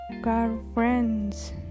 girlfriends